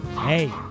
hey